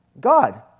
God